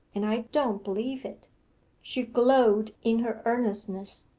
and i don't believe it she glowed in her earnestness.